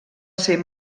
ser